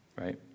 Right